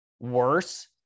worse